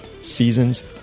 seasons